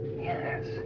Yes